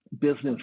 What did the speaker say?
Business